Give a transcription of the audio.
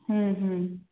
ହୁଁ ହୁଁ